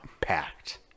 Packed